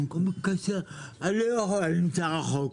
הוא מתקשר והוא עונה: אני לא יכול, אני נמצא רחוק.